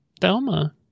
Thelma